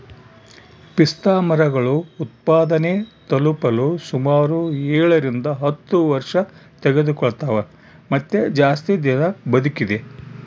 ಪಿಸ್ತಾಮರಗಳು ಉತ್ಪಾದನೆ ತಲುಪಲು ಸುಮಾರು ಏಳರಿಂದ ಹತ್ತು ವರ್ಷತೆಗೆದುಕೊಳ್ತವ ಮತ್ತೆ ಜಾಸ್ತಿ ದಿನ ಬದುಕಿದೆ